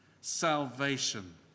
Salvation